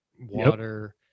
water